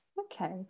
okay